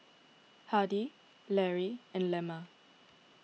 Hardie Larry and Lemma